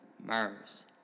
Mars